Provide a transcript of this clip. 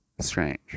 Strange